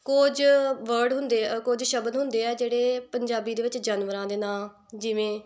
ਕੁਝ ਵਰਡ ਹੁੰਦੇ ਆ ਕੁਝ ਸ਼ਬਦ ਹੁੰਦੇ ਆ ਜਿਹੜੇ ਪੰਜਾਬੀ ਦੇ ਵਿੱਚ ਜਾਨਵਰਾਂ ਦੇ ਨਾਂ ਜਿਵੇਂ